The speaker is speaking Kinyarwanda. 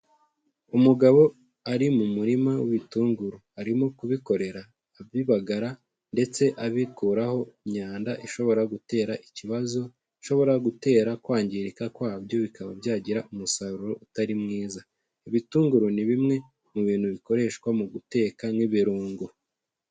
Umugabo ari mu murima w'ibitunguru. Arimo kubikorera. Abibagara ndetse abikuraho imyanda ishobora gutera ikibazo, bishobora gutera kwangirika kwabyo, bikaba byagira umusaruro utari mwiza. Ibitunguru ni bimwe mu bintu bikoreshwa mu guteka nk'ibirungo.